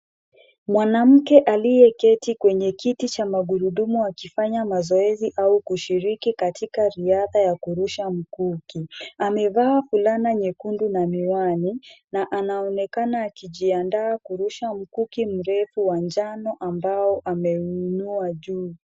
Mwanamke aliyeketi kwenye kiti cha magurudumu akifanya mazoezi au kushiriki katika riadha ya kurusha mkuki. Amevaa fulana nyekundu na miwani na anaonekana akijiandaa kurusha mkuki mrefu wa njano ambao ameuinua juu.